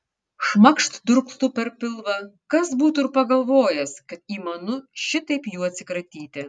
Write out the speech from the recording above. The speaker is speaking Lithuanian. šmakšt durklu per pilvą kas būtų ir pagalvojęs kad įmanu šitaip jų atsikratyti